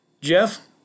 Jeff